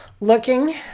looking